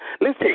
Listen